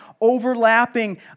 overlapping